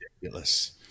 ridiculous